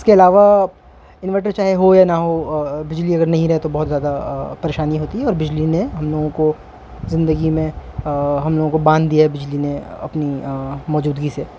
اس کے علاوہ انورٹر چاہے ہو یا نہ ہو بجلی اگر نہیں رہے تو بہت زیادہ پریشانی ہوتی اور بجلی نے ہم لوگوں کو زندگی میں ہم لوگوں کو باندھ دیا ہے بجلی نے اپنی موجودگی سے